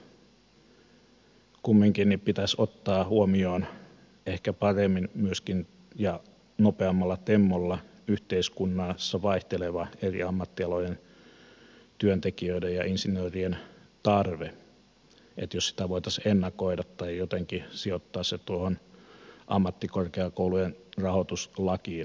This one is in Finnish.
jotenkin kumminkin pitäisi ottaa huomioon ehkä paremmin myöskin ja nopeammalla tempolla yhteiskunnassa vaihteleva eri ammattialojen työntekijöiden ja insinöörien tarve että se tarve huomioitaisiin että sitä voitaisiin ennakoida tai sijoittaa se tuohon ammattikorkeakoulujen rahoituslakiin